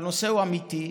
שהנושא הוא אמיתי.